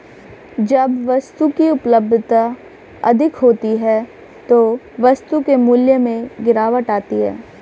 जब वस्तु की उपलब्धता अधिक होती है तो वस्तु के मूल्य में गिरावट आती है